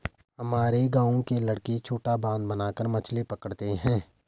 हमारे गांव के लड़के छोटा बांध बनाकर मछली पकड़ते हैं